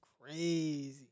crazy